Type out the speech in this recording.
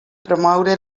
promoure